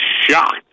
shocked